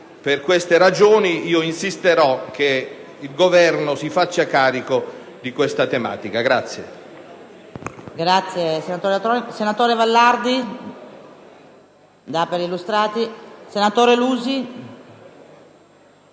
Per queste ragioni, insisterò affinché il Governo si faccia carico di questa tematica.